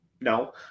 No